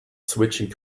switching